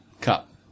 cup